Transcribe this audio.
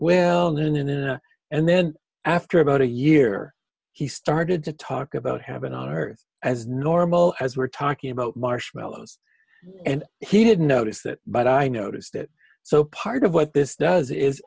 well known and then and then after about a year he started to talk about having our as normal as we're talking about marshmallows and he didn't notice that but i noticed that so part of what this does is